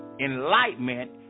enlightenment